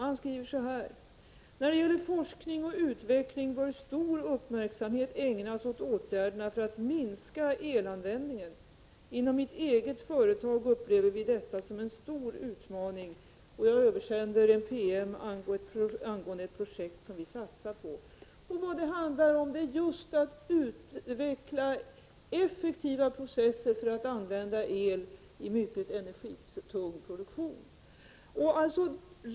Han skriver: När det gäller forskning och utveckling bör stor uppmärksamhet ägnas åt åtgärderna för att minska elanvändningen. Inom mitt eget företag upplever vi detta som en stor utmaning, och jag översänder en PM angående ett projekt som vi satsar på. — Vad det handlar om är just att utveckla effektiva processer för att använda eli mycket energitung produktion.